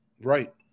Right